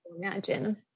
Imagine